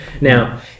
Now